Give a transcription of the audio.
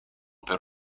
per